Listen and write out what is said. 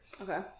okay